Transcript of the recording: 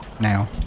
now